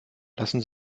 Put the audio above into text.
lassen